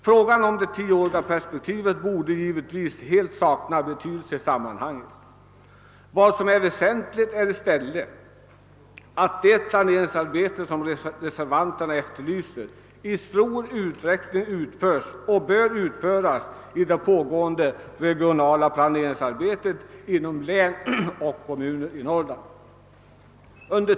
Frågan om det tioåriga perspektivet borde givetvis helt sakna betydelse i sammanhanget. Vad som är väsentligt är i stället att det planeringsarbete som reservanterna efterlyser i stor utsträckning utförs och bör utföras i det pågående regionala planeringsarbetet inom län och kommuner i Norrland.